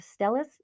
Stellus